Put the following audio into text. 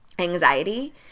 Anxiety